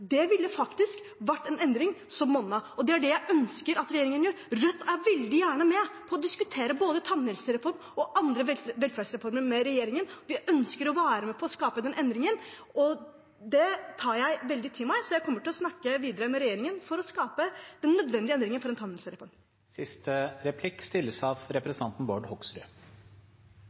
Det ville faktisk vært en endring som monnet. Det er det jeg ønsker at regjeringen gjør. Rødt er veldig gjerne med på å diskutere både tannhelsereform og andre velferdsreformer med regjeringen. Vi ønsker å være med på å skape den endringen, og det tar jeg veldig til meg, så jeg kommer til å snakke videre med regjeringen for å skape den nødvendige endringen for en tannhelseform. Representanten prøver seg med ideologiske tanker om høyreregjering, privatisering osv. Jeg lurer på om representanten